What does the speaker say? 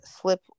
slip